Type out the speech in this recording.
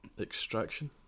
extraction